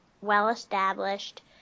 well-established